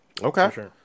Okay